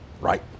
Right